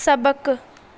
सबक़ु